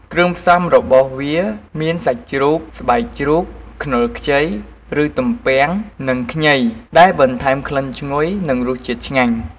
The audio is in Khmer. គ្រឿងផ្សំរបស់វាមាន សាច់ជ្រូក ស្បែកជ្រូក ខ្នុរខ្ចី ឬ ទំពាំង និងខ្ញី ដែលបន្ថែមក្លិនឈ្ងុយ និងរសជាតិឆ្ងាញ់។